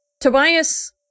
Tobias